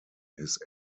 his